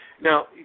Now